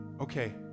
Okay